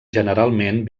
generalment